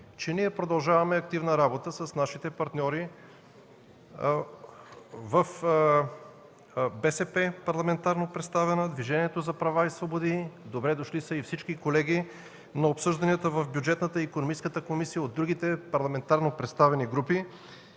че ние продължаваме активна работа с нашите партньори в БСП – парламентарно представена, Движението за права и свободи и добре дошли са всички колеги на обсъжданията в Бюджетната и Икономическата комисия от другите парламентарно представени групи.